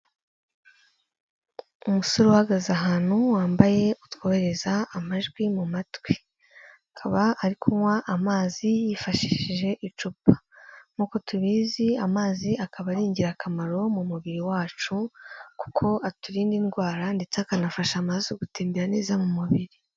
Umusore uhagaze ahantu wambaye utwohereza amajwi mu matwi, akaba ari kunywa amazi yifashishije icupa, nk'uko tubizi amazi akaba ari ingirakamaro mu mubiri wacu kuko aturinda indwara ndetse akanafasha amaraso gutembera neza mu mubiri.